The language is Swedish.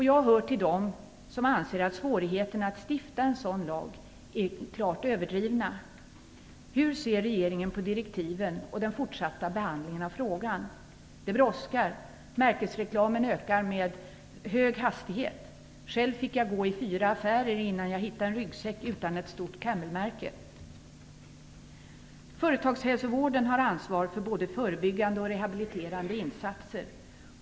Jag hör till dem som anser att svårigheterna att stifta en sådan lag är klart överdrivna. Hur ser regeringen på direktiven och den fortsatta behandlingen av frågan? Det brådskar. Märkesreklamen ökar med hög hastighet. Själv fick jag gå i fyra affärer innan jag hittade en ryggsäck utan ett stort Camelmärke. Företagshälsovården har ansvar för både förebyggande och rehabiliterande insatser.